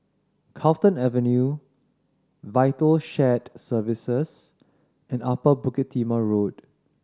Carlton Avenue Vital Shared Services and Upper Bukit Timah Road